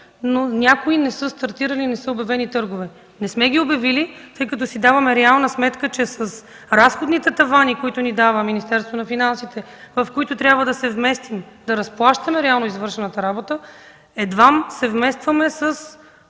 но някои не са стартирали и не са обявени търгове. Не сме ги обявили, тъй като си даваме реална сметка, че с разходните тавани, които ни дава Министерството на финансите, в които трябва да се вместим, да разплащаме реално извършената работа, едвам се вместваме с